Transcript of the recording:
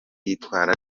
yitwara